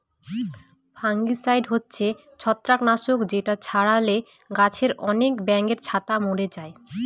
fungicide হচ্ছে ছত্রাক নাশক যেটা ছড়ালে গাছে আনেক ব্যাঙের ছাতা মোরে যায়